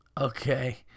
Okay